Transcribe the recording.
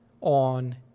on